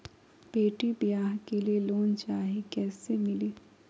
बेटी ब्याह के लिए लोन चाही, कैसे मिली?